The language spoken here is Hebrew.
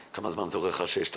מה מביא אזרח בישראל מבוטח בקופות